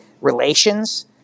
relations